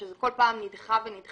שזה כל פעם נדחה ונדחה.